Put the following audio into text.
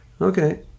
okay